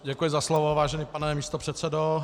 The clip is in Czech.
Děkuji za slovo, vážený pane místopředsedo.